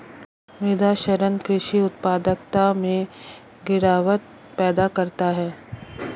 मृदा क्षरण कृषि उत्पादकता में गिरावट पैदा करता है